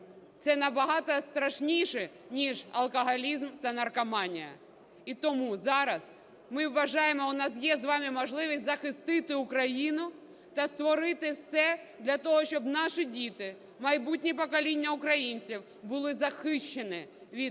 це набагато страшніше, ніж алкоголізм та наркоманія. І тому зараз, ми вважаємо, у нас є з вами можливість захистити Україну і зробити все для того, щоб наші діти, майбутні покоління українців були захищені від того